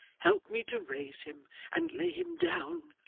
help me to raise him and lay him down